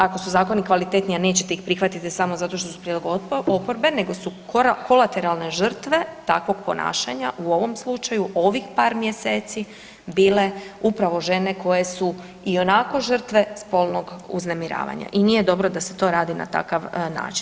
Ako su zakoni kvalitetni, a nećete ih prihvatiti samo zato što su prijedlog oporbe nego su kolateralne žrtve takvog ponašanja u ovom slučaju ovih par mjeseci bile upravo žene koje su ionako žrtve spolnog uznemiravanja i nije dobro da se to radi na takav način.